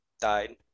died